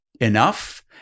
enough